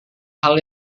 hal